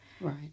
Right